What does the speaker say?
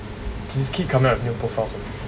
just keep coming out new profiles only